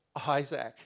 Isaac